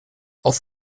auf